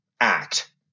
act